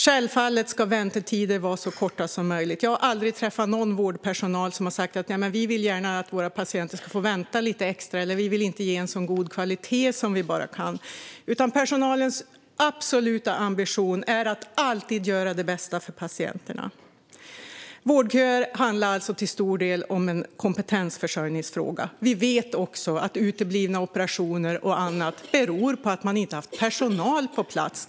Självfallet ska väntetiderna vara så korta som möjligt. Jag har aldrig träffat på någon vårdpersonal som har sagt: Vi vill gärna att våra patienter ska få vänta lite extra. Eller: Vi vill inte ge en så god kvalitet som vi kan. Personalens absoluta ambition är att alltid göra det bästa för patienterna. Vårdköer är alltså till stor del en kompetensförsörjningsfråga. Vi vet också att uteblivna operationer och annat beror på att man inte har haft personal på plats.